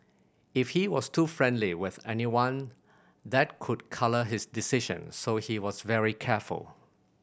if he was too friendly with anyone that could colour his decision so he was very careful